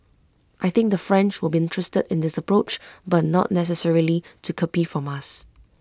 I think the French will be interested in this approach but not necessarily to copy from us